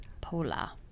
Pola